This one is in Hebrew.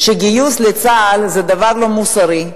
שגיוס לצה"ל הוא דבר לא מוסרי,